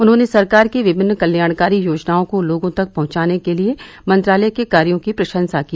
उन्होंने सरकार की विभिन्न कल्याणकारी योजनाओं को लोगों तक पहुंचाने के लिए मंत्रालय के कार्यो की प्रशंसा की